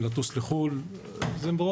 זאת שיטתי,